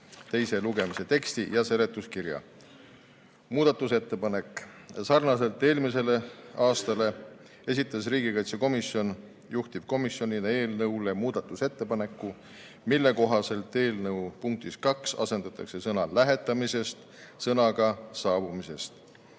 teise lugemise teksti ja seletuskirja. Muudatusettepanek. Sarnaselt eelmise aastaga esitas riigikaitsekomisjon juhtivkomisjonina eelnõu kohta muudatusettepaneku, mille kohaselt eelnõu punktis 2 asendatakse sõna "lähetamisest" sõnaga "saabumisest".